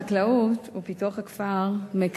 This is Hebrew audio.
שרת החקלאות ופיתוח הכפר אורית נוקד: משרד החקלאות ופיתוח הכפר